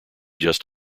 just